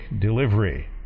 delivery